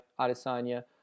Adesanya